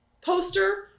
poster